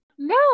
No